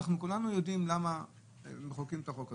כולנו יודעים למה מחוקקים את החוק הזה.